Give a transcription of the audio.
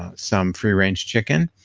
ah some free range chicken.